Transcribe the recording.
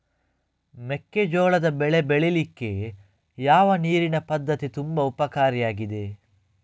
ಮೆಕ್ಕೆಜೋಳದ ಬೆಳೆ ಬೆಳೀಲಿಕ್ಕೆ ಯಾವ ನೀರಿನ ಪದ್ಧತಿ ತುಂಬಾ ಉಪಕಾರಿ ಆಗಿದೆ?